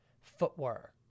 footwork